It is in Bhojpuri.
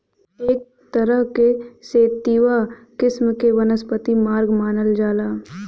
एक तरह क सेतिवा किस्म क वनस्पति वर्ग मानल जाला